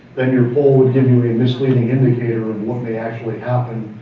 then your poll would give you a misleading indicator of what may actually happen,